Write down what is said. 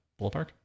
ballpark